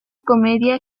comedia